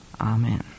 Amen